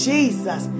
Jesus